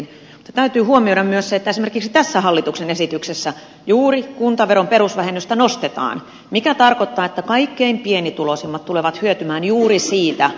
mutta täytyy huomioida myös se että esimerkiksi tässä hallituksen esityksessä juuri kuntaveron perusvähennystä nostetaan mikä tarkoittaa että kaikkein pienituloisimmat tulevat hyötymään juuri siitä